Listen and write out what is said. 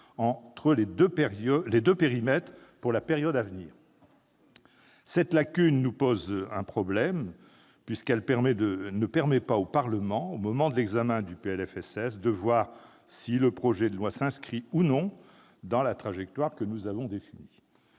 entre ces deux périmètres pour la période à venir. Cette lacune nous pose un problème sérieux, puisqu'elle empêche le Parlement, au moment de l'examen du PLFSS, de voir si le projet de loi s'inscrit, ou non, dans la trajectoire que nous avons définie.